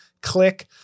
click